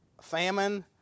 famine